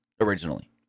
originally